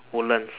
woodlands